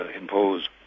impose